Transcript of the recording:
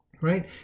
right